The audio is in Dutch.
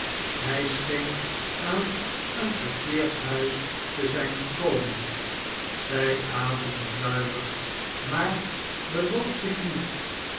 hij scheen aan een verkeerd huis te zijn gekomen zij ademde ruimer maar bewoog zich niet